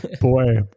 boy